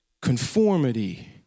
conformity